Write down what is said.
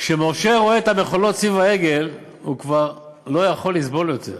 כשמשה רואה את המחולות סביב העגל הוא כבר לא יכול לסבול יותר,